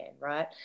right